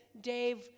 Dave